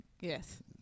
Yes